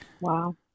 wow